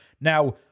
Now